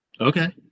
Okay